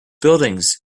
buildings